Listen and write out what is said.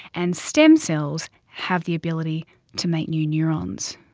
and stem cells have the ability to make new neurons.